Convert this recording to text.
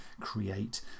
create